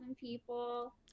people